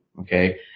Okay